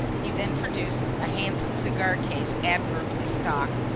he then produced a handsome cigar-case admirably stocked,